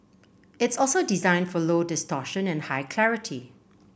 it's also designed for low distortion and high clarity